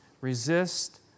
resist